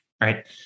Right